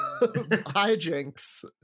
hijinks